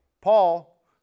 Paul